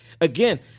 again